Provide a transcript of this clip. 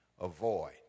avoid